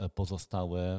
pozostałe